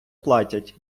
платять